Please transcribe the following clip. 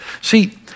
See